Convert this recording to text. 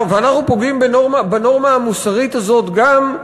אנחנו פוגעים בנורמה המוסרית הזאת גם,